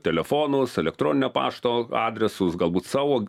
telefonus elektroninio pašto adresus galbūt savo